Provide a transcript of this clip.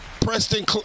Preston